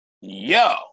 Yo